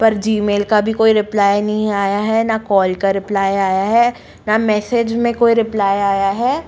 पर जीमेल का भी कोई रिप्लाई नहीं आया है ना कॉल का रिप्लाई आया है ना मैसेज में कोई रिप्लाई आया है